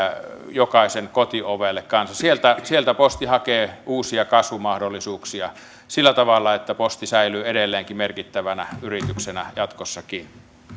jokaisen kotiovelle sieltä sieltä posti hakee uusia kasvumahdollisuuksia sillä tavalla että posti säilyy edelleenkin merkittävänä yrityksenä jatkossakin